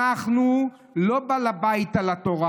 אנחנו לא בעלי הבית על התורה.